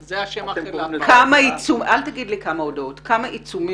זה השם --- כמה עיצומים הוטלו בפועל?